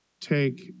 take